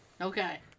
Okay